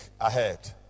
ahead